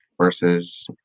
versus